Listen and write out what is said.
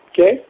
Okay